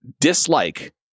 dislike